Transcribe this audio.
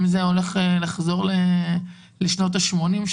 האם זה הולך לחזור לשנות השמונים?